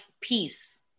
peace